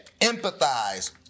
empathize